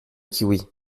kiwis